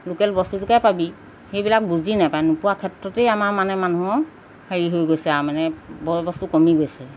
local বস্তুটোকে পাবি সেইবিলাক বুজি নাপায় নোপোৱা ক্ষেত্ৰতেই আমাৰ মানে মানুহ হেৰি হৈ গৈছে আৰু মানে বয় বস্তু কমি গৈছে